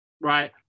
right